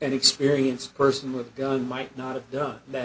an experienced person with a gun might not have done that